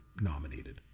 nominated